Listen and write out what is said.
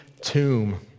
tomb